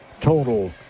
total